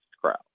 crowd